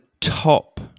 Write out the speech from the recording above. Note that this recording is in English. top